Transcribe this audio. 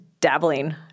dabbling